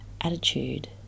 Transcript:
attitude